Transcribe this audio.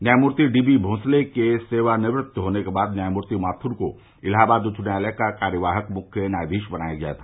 न्यायमूर्ति डीबी मोसले के सेवानिवृत्त होने के बाद न्यायमूर्ति माथुर को इलाहाबाद उच्च न्यायालय का कार्यवाहक मुख्य न्यायाधीश बनाया गया था